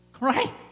Right